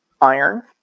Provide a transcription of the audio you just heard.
iron